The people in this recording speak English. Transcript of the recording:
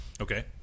Okay